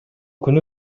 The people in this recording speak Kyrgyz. күнү